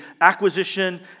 acquisition